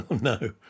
No